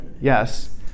Yes